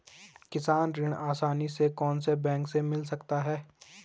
किसान ऋण आसानी से कौनसे बैंक से मिल सकता है?